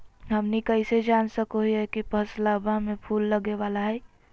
हमनी कइसे जान सको हीयइ की फसलबा में फूल लगे वाला हइ?